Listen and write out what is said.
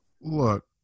Look